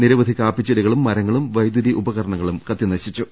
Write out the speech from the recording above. നിരവധി കാപ്പിച്ചെടികളും മരങ്ങളും വൈദ്യുതി ഉപകരണങ്ങളും കത്തിനശിച്ചു